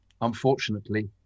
unfortunately